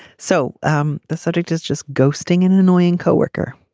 so um the subject is just ghosting and an annoying co-worker.